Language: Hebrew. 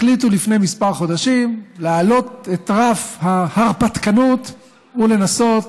הם החליטו לפני כמה חודשים להעלות את רף ההרפתקנות ולנסות